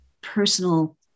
personal